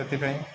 ସେଥିପାଇଁ